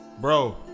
Bro